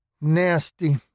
Nasty